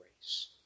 grace